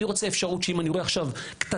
אני רוצה אפשרות שאם אני רואה עכשיו קטטה,